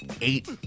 eight